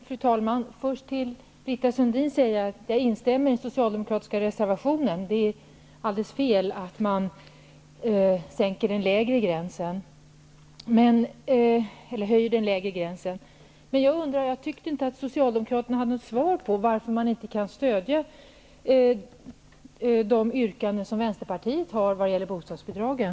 Fru talman! Jag vill först säga till Britta Sundin att jag instämmer i den socialdemokratiska reservationen. Det är helt fel att man höjer den nedre gränsen. Jag tyckte dock inte att Socialdemokraterna hade något svar på varför de inte kan stödja de yrkanden som Vänsterpartiet har vad gäller bostadsbidragen.